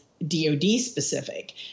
DOD-specific